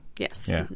Yes